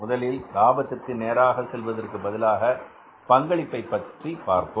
முதலில் லாபத்திற்கு நேராக செல்வதற்கு பதிலாக பங்களிப்பை பற்றி பார்ப்போம்